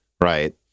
right